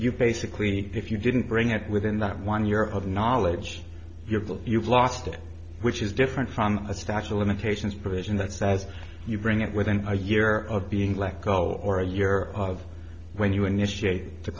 you basically if you didn't bring it within that one year of knowledge you have that you've lost it which is different from a statue of limitations provision that says you bring it within a year of being let go or a year of when you initiate the